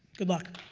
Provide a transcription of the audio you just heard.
good luck.